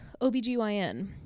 OBGYN